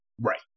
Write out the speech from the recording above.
right